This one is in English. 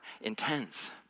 intense